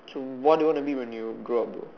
so what you want to be when you grow up bro